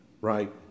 right